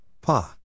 Pa